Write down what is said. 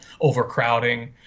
overcrowding